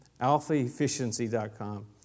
alphaefficiency.com